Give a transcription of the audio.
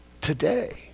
today